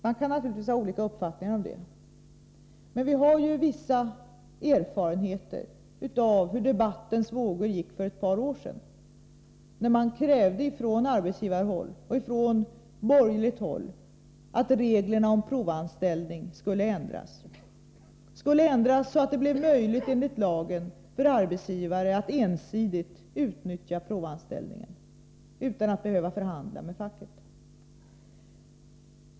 Man kan naturligtvis ha olika uppfattningar om det, men vi har ju vissa erfarenheter av hur debattens vågor gick för ett par år sedan när man från arbetsgivarhåll och från borgerligt håll krävde att reglerna för provanställning skulle formuleras om så, att det enligt lagen blev möjligt för arbetsgivare att ensidigt utnyttja provanställningen utan att behöva förhandla med facket.